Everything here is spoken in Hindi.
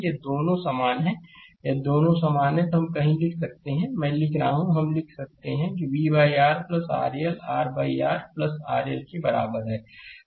यदि दोनों समान हैं यदि दोनों समान हैं तो हम कहीं लिख सकते हैं मैं लिख रहा हूं हम लिख सकते हैं कि v R RL r R RL के बराबर है